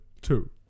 two